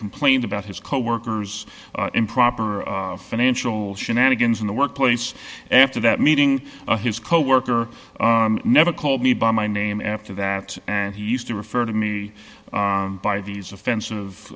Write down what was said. complained about his coworkers improper financial shenanigans in the workplace after that meeting his coworker never called me by my name after that and he used to refer to me by these offensive